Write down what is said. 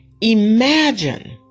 Imagine